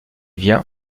vient